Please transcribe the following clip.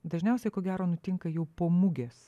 dažniausiai ko gero nutinka jau po mugės